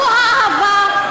זו האהבה?